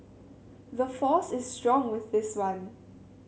the force is strong with this one